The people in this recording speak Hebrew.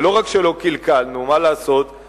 ולא רק שלא קלקלנו, מה לעשות?